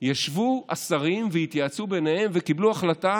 ישבו השרים והתייעצו ביניהם וקיבלו החלטה: